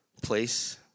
place